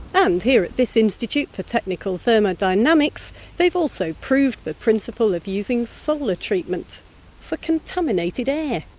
and here at this institute for technical thermodynamics they've also proved the principle of using solar treatments for contaminated air.